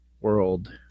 world